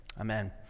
Amen